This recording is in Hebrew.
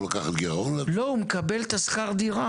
דיברת על תיקון וזה הדבר הכי חשוב.